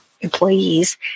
employees